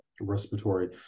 respiratory